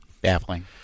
Baffling